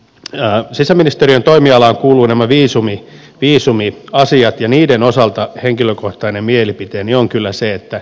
ja sisäministeriön toimialaan kuuluu ilman viisumia viisumi asiat ja niiden osalta henkilökohtainen mielipiteeni on kyllä se että